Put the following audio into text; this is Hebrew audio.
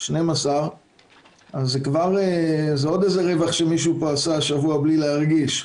וזה עוד רווח שמישהו עשה השבוע בלי להרגיש.